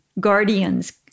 guardians